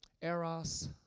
Eros